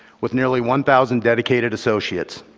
with nearly one thousand dedicated associates.